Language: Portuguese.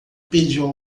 pediu